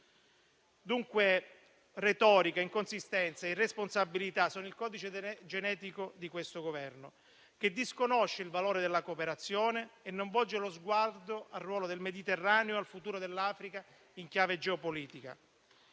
Dunque retorica, inconsistenza e irresponsabilità sono il codice genetico di questo Governo, che disconosce il valore della cooperazione e non volge lo sguardo al ruolo del Mediterraneo e al futuro dell'Africa in chiave geopolitica.